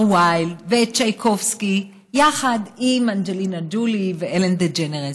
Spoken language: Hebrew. ויילד ואת צ'ייקובסקי יחד עם אנג'לינה ג'ולי ואלן דג'נרס?